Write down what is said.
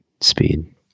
speed